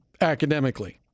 academically